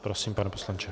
Prosím, pane poslanče.